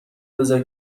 بزار